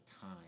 time